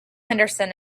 henderson